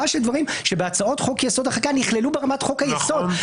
של דברים שבהצעות חוק-יסוד: החקיקה נכללו ברמת חוק היסוד.